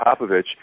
Popovich